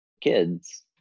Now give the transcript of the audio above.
kids